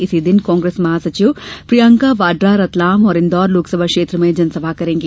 इसी दिन कांग्रेस महासचिव प्रियंका वाड़ा रतलाम और इन्दौर लोकसभा क्षेत्र में जनसभा करेंगी